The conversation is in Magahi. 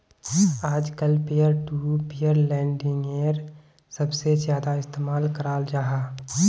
आजकल पियर टू पियर लेंडिंगेर सबसे ज्यादा इस्तेमाल कराल जाहा